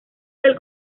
del